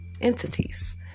entities